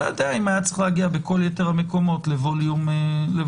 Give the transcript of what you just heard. אני לא יודע היה צריך להגיע בכל יתר המקומות לווליום מקסימאלי.